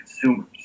consumers